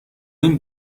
این